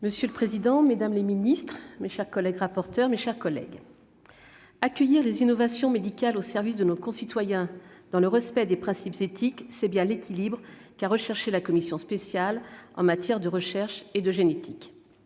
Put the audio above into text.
Monsieur le président, mesdames les ministres, mes chers collègues, accueillir les innovations médicales au service de nos concitoyens et dans le respect des principes éthiques : tel est l'équilibre recherché par la commission spéciale en matière de recherche et de génétique.